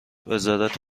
وزارت